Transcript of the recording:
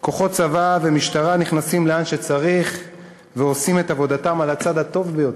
כוחות צבא ומשטרה נכנסים לאן שצריך ועושים עבודתם על הצד הטוב ביותר.